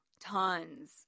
tons